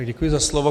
Děkuji za slovo.